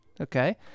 Okay